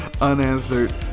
unanswered